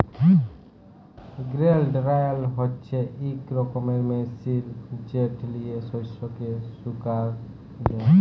grain dryer হছে ইক রকমের মেশিল যেট লিঁয়ে শস্যকে শুকাল যায়